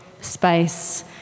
space